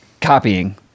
copying